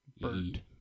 burned